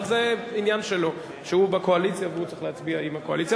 אבל זה עניין שלו שהוא בקואליציה והוא צריך להצביע עם הקואליציה.